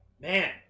Man